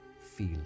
feel